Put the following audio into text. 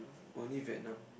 only Vietnam